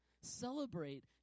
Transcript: Celebrate